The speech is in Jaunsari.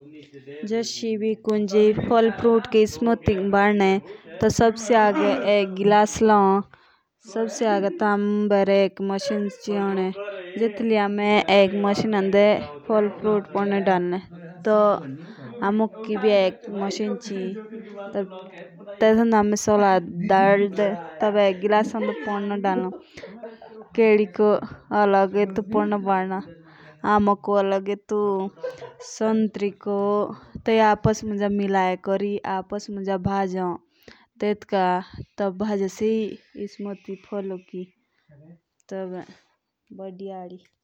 जस एभी कुंजेई फल फुरुत की इस्मोदी भी भनी सबसे उम्र तो हम बेर मशीन चाहिए होनी चाहिए खराब केल के रस गाड दे टेटके खराब शेब का गाड दे। इतने खराब संतरे का रस गाड़ दे. या तेनुक आपस मुंज निलाई कोरी टीबी भजो तेस्की इस्मुदी।